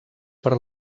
per